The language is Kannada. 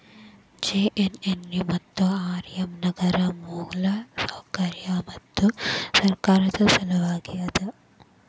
ಜೆ.ಎನ್.ಎನ್.ಯು ಮತ್ತು ಆರ್.ಎಮ್ ನಗರ ಮೂಲಸೌಕರ್ಯಕ್ಕ ಮತ್ತು ಸರ್ಕಾರದ್ ಸಲವಾಗಿ ಅದ